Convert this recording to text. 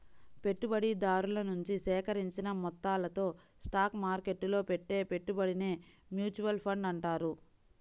పెట్టుబడిదారుల నుంచి సేకరించిన మొత్తాలతో స్టాక్ మార్కెట్టులో పెట్టే పెట్టుబడినే మ్యూచువల్ ఫండ్ అంటారు